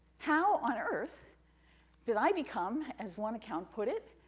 how on earth did i become, as one account put it,